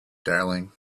darling